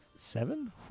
Seven